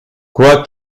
quoi